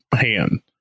hand